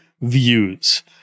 views